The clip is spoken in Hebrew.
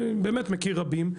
באמת מכיר רבים,